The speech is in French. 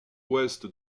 ouest